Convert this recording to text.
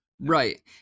Right